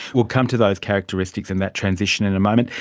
we'll come to those characteristics and that transition in a moment.